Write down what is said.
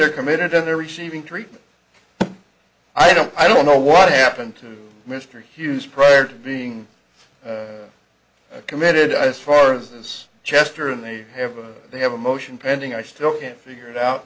they're committed to their receiving treatment i don't i don't know what happened to mr hughes prior to being committed as far as this chester and they have a they have a motion pending i still can't figure it out